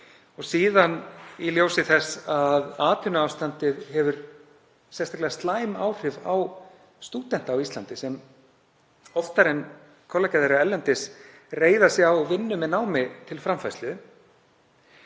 Og í ljósi þess að atvinnuástandið hefur sérstaklega slæm áhrif á stúdenta á Íslandi, kollegar þeirra erlendis reiða sig á vinnu með námi til framfærslu,